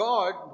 God